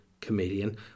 comedian